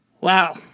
Wow